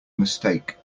mistake